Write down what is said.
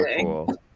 cool